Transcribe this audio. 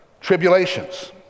tribulations